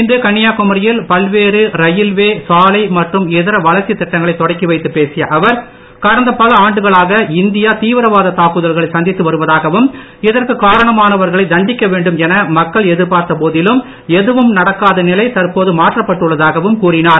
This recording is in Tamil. இன்று கன்னியாகுமரியில் பல்வேறு ரயில்வே சாலை மற்றும் இதர வளர்ச்சித் திட்டங்களை தொடக்கி வைத்து பேசிய அவர் கடந்த பல ஆண்டுகளாக இந்தியா தீவிரவாத தாக்குதல்களை சந்தித்து வருவதாகவும் இதற்கு காரணமானவர்களை தண்டிக்க வேண்டும் என மக்கள் எதிர்ப்பார்த்த போதிலும் எதுவும் நடக்காத நிலை தற்போது மாற்றப்பட்டுள்ளதாகவும் கூறினார்